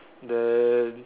then